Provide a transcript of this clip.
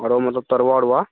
आओर मतलब तरुआ वरुआ